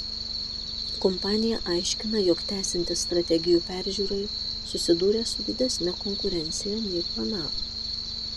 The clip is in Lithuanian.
kompanija aiškina jog tęsiantis strategijų peržiūrai susidūrė su didesne konkurencija nei planavo